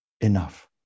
enough